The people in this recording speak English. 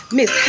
Miss